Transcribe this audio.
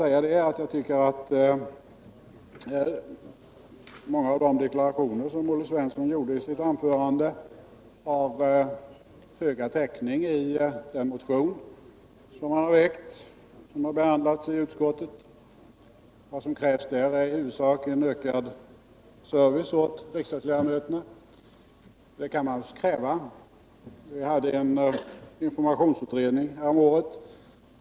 Sedan måste jag tyvärr säga att många av de deklarationer som Olle Svensson gjorde i sitt anförande har föga täckning i den motion som han har väckt och som utskottet har behandlat. Vad som krävs i den är i huvudsak ökad service åt riksdagsledamöterna, och det kan man naturligtvis kräva. Vi hade en informationsutredning häromåret.